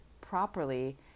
properly